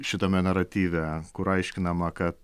šitame naratyve kur aiškinama kad